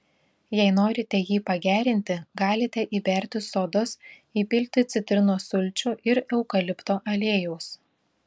jei norite jį pagerinti galite įberti sodos įpilti citrinos sulčių ir eukalipto aliejaus